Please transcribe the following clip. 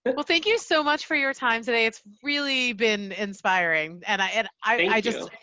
but well thank you so much for your time today. it's really been inspiring and i and i just.